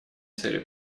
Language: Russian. целью